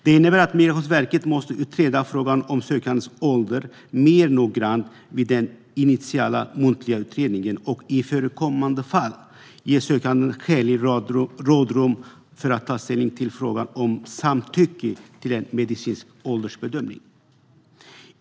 Det innebär att Migrationsverket måste utreda frågan om den sökandes ålder mer noggrant vid den initiala muntliga utredningen och i förekommande fall ge den sökande skäligt rådrum för att ta ställning till frågan om samtycke till en medicinsk åldersbedömning.